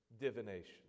divination